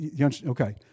Okay